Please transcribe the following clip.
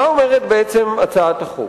מה אומרת בעצם הצעת החוק?